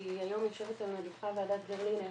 כי היום יושבת על המדוכה ועדת ברלינר,